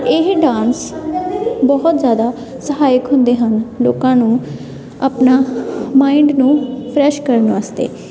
ਇਹ ਡਾਂਸ ਬਹੁਤ ਜ਼ਿਆਦਾ ਸਹਾਇਕ ਹੁੰਦੇ ਹਨ ਲੋਕਾਂ ਨੂੰ ਆਪਣਾ ਮਾਇੰਡ ਨੂੰ ਫਰੈਸ਼ ਕਰਨ ਵਾਸਤੇ